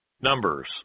Numbers